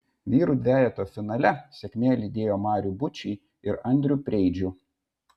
vyrų dvejeto finale sėkmė lydėjo marių bučį ir andrių preidžių